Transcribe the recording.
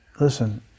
listen